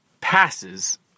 passes